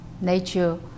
Nature